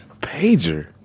pager